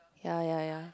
ya ya ya